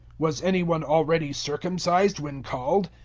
was any one already circumcised when called?